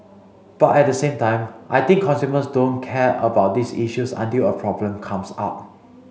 but at the same time I think consumers don't care about these issues until a problem comes up